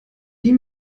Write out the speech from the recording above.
die